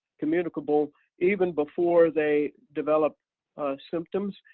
communicable even before they develop symptoms,